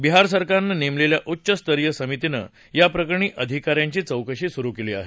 बिहार सरकारनं नेमलेल्या उच्चस्तरीय समितीनं याप्रकरणी अधिका यांची चौकशी सुरु केली आहे